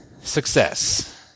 Success